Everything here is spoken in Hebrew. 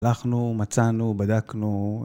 אנחנו מצאנו, בדקנו.